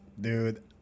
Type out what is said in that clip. dude